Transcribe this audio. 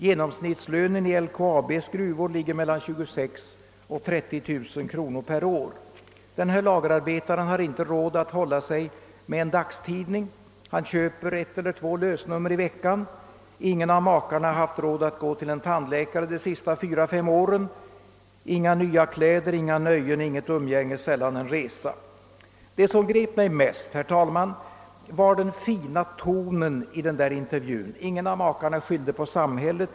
Ge nomsnittslönen i LKAB:s gruvor ligger vid 26 000 å 30 000 kronor per år. Denne lagerarbetare har inte råd att hålla sig med en dagstidning, han köper ett eller två lösnummer i veckan. Ingen av makarna har haft råd att gå till en tandläkare de senaste fyra till fem åren. Inga nya kläder, inga nöjen, inget umgänge, sällan en resa. Det som grep mig mest, herr talman, var den fina tonen i intervjun. Ingen av makarna skyllde på samhället.